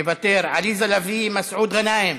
מוותר, עליזה לביא, מסעוד גנאים,